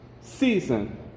season